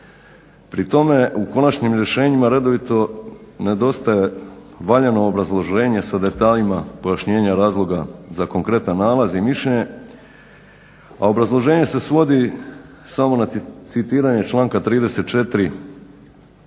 Pri tome, u konačnim rješenjima redovito nedostaje valjano obrazloženje s detaljima pojašnjenja razloga za konkretan nalaz i mišljenje, a obrazloženje se svodi samo na citiranje članka 34.